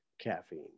caffeine